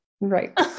Right